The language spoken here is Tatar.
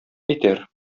итәр